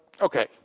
okay